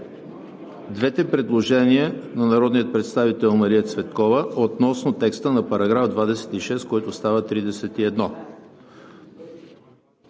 двете предложения на народния представител Мария Цветкова относно текста на § 26, който става § 31.